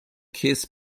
kiss